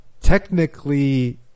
technically